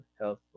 health